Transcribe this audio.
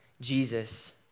Jesus